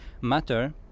matter